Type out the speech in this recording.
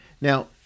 Now